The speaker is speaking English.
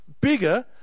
bigger